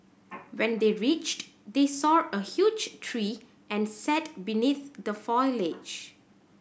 when they reached they saw a huge tree and sat beneath the foliage